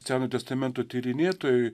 seno testamento tyrinėtojai